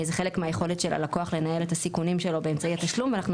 זה חלק מהיכולת של הלקוח לנהל את הסיכונים שלו באמצעי התשלום ואנחנו